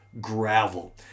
gravel